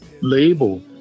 label